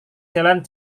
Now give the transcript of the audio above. jalan